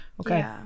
Okay